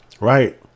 Right